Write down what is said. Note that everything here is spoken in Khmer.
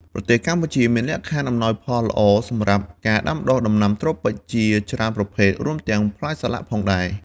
ប្រទេសកម្ពុជាមានលក្ខខណ្ឌអំណោយផលល្អសម្រាប់ការដាំដុះដំណាំត្រូពិចជាច្រើនប្រភេទ រួមទាំងផ្លែសាឡាក់ផងដែរ។